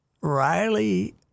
Riley